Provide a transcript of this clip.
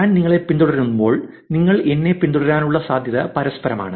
ഞാൻ നിങ്ങളെ പിന്തുടരുമ്പോൾ നിങ്ങൾ എന്നെ പിന്തുടരാനുള്ള സാധ്യത പരസ്പരമാണ്